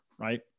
right